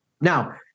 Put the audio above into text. Now